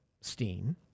steam